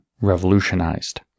revolutionized